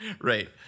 Right